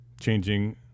changing